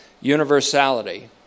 universality